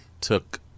took